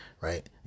right